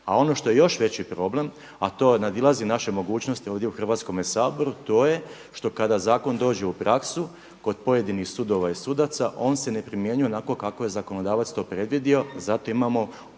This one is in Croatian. A ono što je još veći problem, a to nadilazi naše mogućnosti ovdje u Hrvatskome saboru, to je što kada zakon dođe u praksu kod pojedinih sudova i sudaca, on se ne primjenjuje onako kako je zakonodavac to predvidio i zato imamo